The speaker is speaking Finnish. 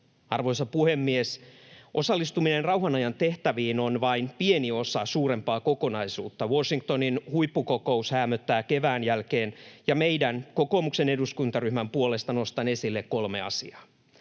Arvoisa puhemies! Osallistuminen rauhanajan tehtäviin on vain pieni osa suurempaa kokonaisuutta. Washingtonin huippukokous häämöttää kevään jälkeen, ja meidän, kokoomuksen eduskuntaryhmän, puolesta nostan esille kolme asiaa: